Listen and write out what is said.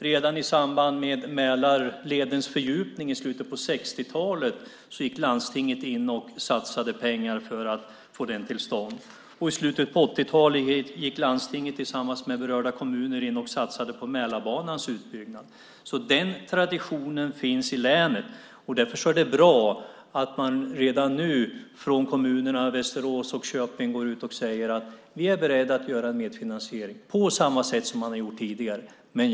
Redan i samband med Mälarledens fördjupning i slutet av 1960-talet gick landstinget in och satsade pengar för att få till stånd denna. I slutet av 1980-talet gick landstinget tillsammans med berörda kommuner in och satsade på Mälarbanans utbyggnad, så traditionen med medfinansiering finns i länet. Därför är det bra att man redan nu från Västerås och Köpings kommuner går ut och säger: Vi är beredda att göra en medfinansiering på samma sätt som tidigare gjorts.